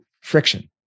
friction